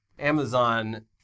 Amazon